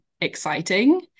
exciting